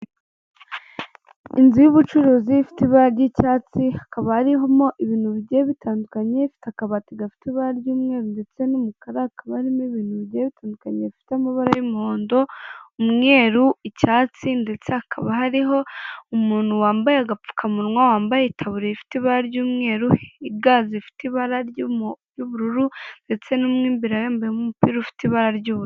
Inzu y'ubucuruzi ifite ibara ry'icyatsi hakaba harimo ibintu bigiye bitandukanye ifite akabati gafite ibara ry'umweru ndetse n'umukarakaba arimo ibintu bigera bitandukanye bifite amabara y'umuhondo, umweru, icyatsi ndetse hakaba hariho umuntu wambaye agapfukamunwa wambaye ikabure rifite ibara ry'umweru i gaze ifite ibara ry'umu ry'ubururu ndetse n'umwembi yambayemo umupira ufite ibara ry'ubururu.